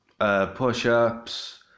push-ups